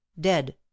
dead